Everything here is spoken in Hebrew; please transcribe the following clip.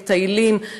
מטיילים,